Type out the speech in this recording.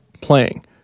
playing